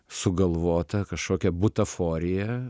sugalvota kažkokia butaforija